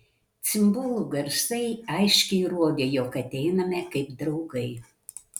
cimbolų garsai aiškiai rodė jog ateiname kaip draugai